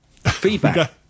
Feedback